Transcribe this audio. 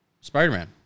Spider-Man